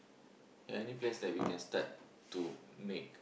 ya any plans that we can start to make